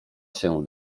się